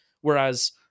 Whereas